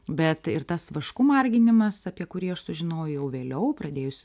bet ir tas vašku marginimas apie kurį aš sužinojau vėliau pradėjus